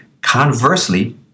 Conversely